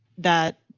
that,